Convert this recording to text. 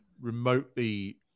remotely